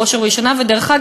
בראש ובראשונה,